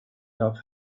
love